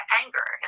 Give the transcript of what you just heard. anger